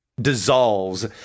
dissolves